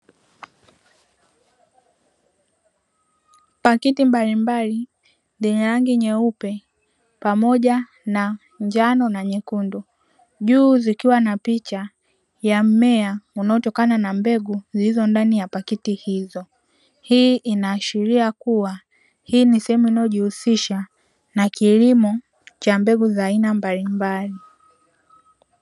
Pakiti mbalimbali zenye rangi nyeupe pamoja na njano na nyekundu juu zikiwa na picha ya mmea unaotokana na mbegu zilizo ndani ya pakiti hizo. Hii inaashiria kuwa hii ni sehemu inayojihusisha na kilimo cha mbegu mbalimbali.